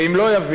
ואם לא יביא,